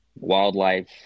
wildlife